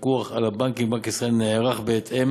הפיקוח על הבנקים בבנק ישראל נערך בהתאם